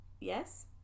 Yes